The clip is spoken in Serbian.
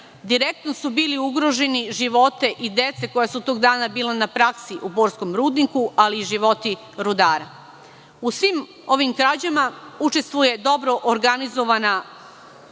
Direktno su bili ugroženi životi i dece koja su tog dana bila na praksi u borskom rudniku, ali i životi rudara. U svim ovim krađama učestvuje dobro organizovana